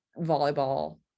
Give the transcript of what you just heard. volleyball